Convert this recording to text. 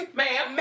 ma'am